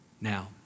Now